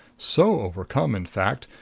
so overcome, in fact,